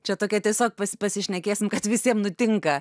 čia tokie tiesiog pasišnekėsim kad visiem nutinka